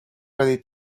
ready